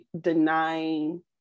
denying